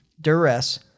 duress